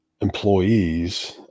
employees